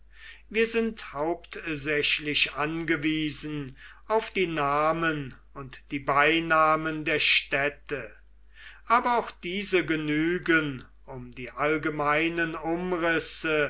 wir sind hauptsächlich angewiesen auf die namen und die beinamen der städte aber auch diese genügen um die allgemeinen umrisse